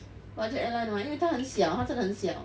budget airline 的吗因为它很小它真的很小